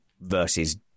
versus